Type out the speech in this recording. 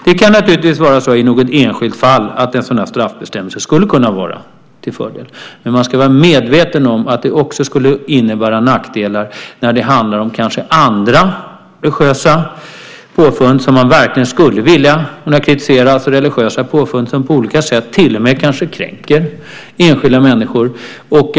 Det kan naturligtvis vara så i något enskilt fall att en sådan här straffbestämmelse skulle kunna vara till fördel, men man ska vara medveten om att det också skulle innebära nackdelar när det handlar om andra religiösa påfund som man verkligen skulle vilja kunna kritisera, alltså religiösa påfund som på olika sätt kanske till och med kränker enskilda människor.